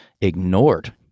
ignored